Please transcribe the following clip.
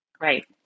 Right